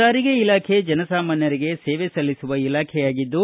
ಸಾರಿಗೆ ಇಲಾಖೆ ಜನಸಾಮಾನ್ನರಿಗೆ ಸೇವೆ ಸಲ್ಲಿಸುವ ಇಲಾಖೆಯಾಗಿದ್ದು